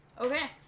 Okay